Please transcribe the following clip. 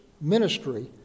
ministry